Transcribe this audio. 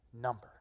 number